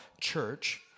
church